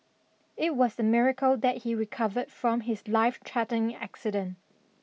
it was a miracle that he recovered from his life-threatening accident